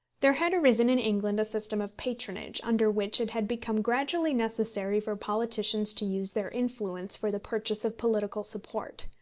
there had arisen in england a system of patronage, under which it had become gradually necessary for politicians to use their influence for the purchase of political support.